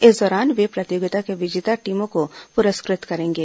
इस दौरान वे प्रतियोगिता के विजेता टीमों को पुरस्कृत करेंगे